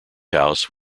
house